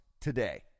today